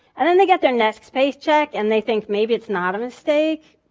and then they get their next paycheck and they think maybe it's not mistake,